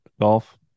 golf